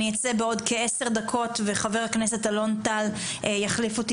אני אצא בעוד כעשר דקות וחבר הכנסת אלון טל יחליף אותי